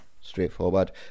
straightforward